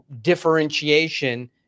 differentiation